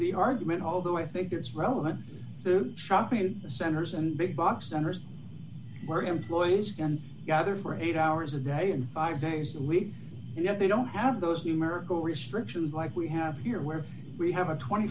the argument although i think it's relevant to shopping centers and big box centers where employees can gather for eight hours a day and five days a week yet they don't have those numerical restrictions like we have here where we have a twenty